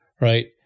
right